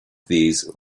these